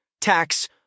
tax